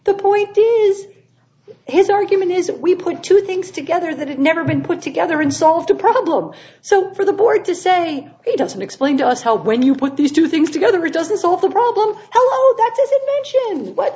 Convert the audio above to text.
the point is his argument is that we put two things together that it never been put together and solve the problem so for the board to say it doesn't explain to us how when you put these two things together it doesn't solve the problem that is what